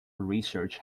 research